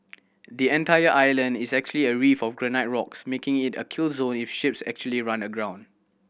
the entire island is actually a reef of granite rocks making it a kill zone if ships actually run aground